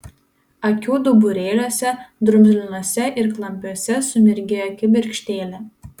akių duburėliuose drumzlinuose ir klampiuose sumirgėjo kibirkštėlė